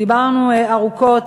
דיברנו ארוכות,